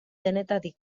denetarik